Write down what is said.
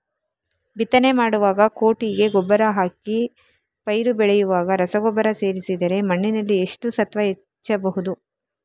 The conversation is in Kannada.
ಬಿತ್ತನೆ ಮಾಡುವಾಗ ಕೊಟ್ಟಿಗೆ ಗೊಬ್ಬರ ಹಾಕಿ ಪೈರು ಬೆಳೆಯುವಾಗ ರಸಗೊಬ್ಬರ ಸೇರಿಸಿದರೆ ಮಣ್ಣಿನಲ್ಲಿ ಎಷ್ಟು ಸತ್ವ ಹೆಚ್ಚಬಹುದು?